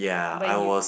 when you